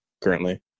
currently